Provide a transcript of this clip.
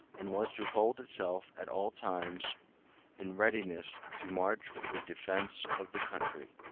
and was to hold itself at all times in readiness to march for the defence of the country.